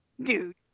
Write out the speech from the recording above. dude